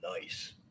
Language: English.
Nice